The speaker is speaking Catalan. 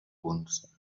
punts